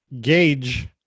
gauge